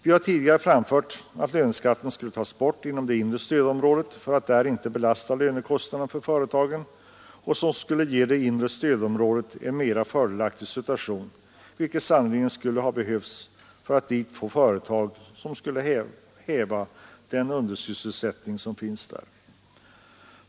Vi har tidigare framfört att löneskatten borde tas bort inom det inre stödområdet för att där inte belasta lönekostnaderna för företagen, något som skulle ge det inre stödområdet en mera fördelaktig situation, vilket sannerligen skulle ha behövts för att dit få företag som kunde häva undersysselsättningen.